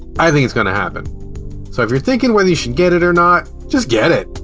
i think it's gonna happen. so if you're thinking whether you should get it or not, just get it!